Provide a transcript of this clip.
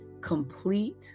complete